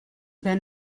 ven